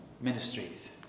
ministries